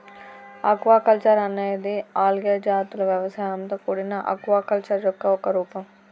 aquaculture అనేది algae జాతుల వ్యవసాయంతో కూడిన ఆక్వాకల్చర్ యొక్క ఒక రూపం